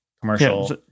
commercial